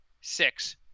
six